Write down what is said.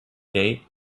date